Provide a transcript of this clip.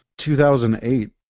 2008